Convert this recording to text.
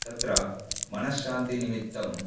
तत्र मनश्शान्तिनिमित्तम्